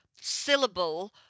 syllable